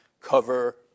cover